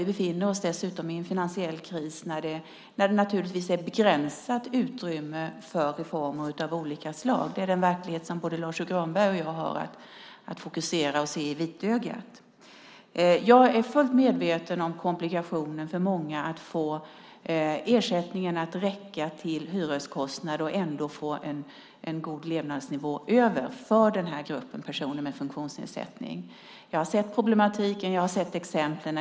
Vi befinner oss dessutom i en finansiell kris där det naturligtvis finns ett begränsat utrymme för reformer av olika slag. Det är den verklighet som både Lars U Granberg och jag har att fokusera på och se i vitögat. Jag är fullt medveten om komplikationen för många i den här gruppen, personer med funktionsnedsättning, att få ersättningen att räcka till hyreskostnaden och ändå få en god levnadsnivå därutöver. Jag har sett problematiken. Jag har sett exemplen.